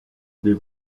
des